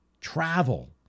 travel